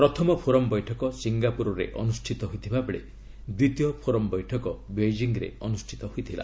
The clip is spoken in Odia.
ପ୍ରଥମ ଫୋରମ୍ ବୈଠକ ସିଙ୍ଗାପୁରରେ ଅନୁଷ୍ଠିତ ହୋଇଥିବାବେଳେ ଦ୍ୱିତୀୟ ଫୋରମ୍ ବୈଠକ ବେଜିଂରେ ଅନୁଷ୍ଠିତ ହୋଇଥିଲା